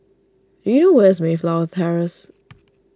do you know where is Mayflower Terrace